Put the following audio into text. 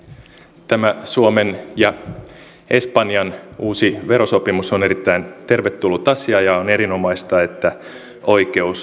tämä suomen ja espanjan uusi verosopimus on erittäin tervetullut asia ja on erinomaista että oikeus toteutuu